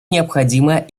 необходима